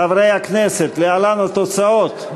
חברי הכנסת, להלן התוצאות: